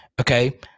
okay